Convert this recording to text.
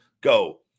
go